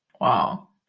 Wow